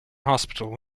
hospital